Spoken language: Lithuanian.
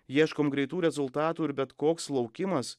ieškom greitų rezultatų ir bet koks laukimas